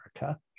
America